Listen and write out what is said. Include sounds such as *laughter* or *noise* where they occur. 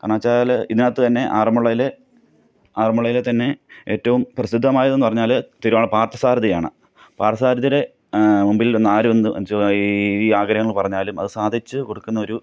കാരണം എന്നു വച്ചാൽ ഇതിനകത്ത് തന്നെ ആറന്മുളയിൽ ആറന്മുളയിൽ തന്നെ ഏറ്റവും പ്രസിദ്ധമായതെന്ന് പറഞ്ഞാൽ *unintelligible* പാര്ത്ഥസാരഥി ആണ് പാര്ത്ഥസാരഥിയുടെ മുമ്പില് നിന്ന് ആര് എന്ത് *unintelligible* ആഗ്രഹങ്ങള് പറഞ്ഞാലും അതു സാധിച്ച് കൊടുക്കുന്ന ഒരു